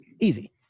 easy